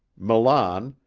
milan,